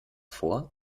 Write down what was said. vor